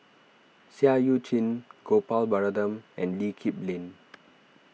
Seah Eu Chin Gopal Baratham and Lee Kip Lin